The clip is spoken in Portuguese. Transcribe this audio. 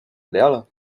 dela